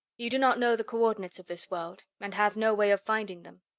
you do not know the coordinates of this world, and have no way of finding them.